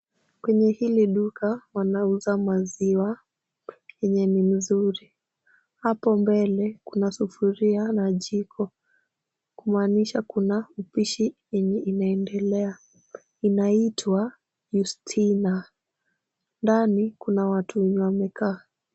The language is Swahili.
Kwenye hili duka, wanauza maziwa, yenye ni mzuri. Hapo mbele, kuna sufuria na jiko. Kumaanisha kuna upishi yenye inaendelea. Inaitwa, 'Yustina'. Ndani, kuna watu wenye wamekaa,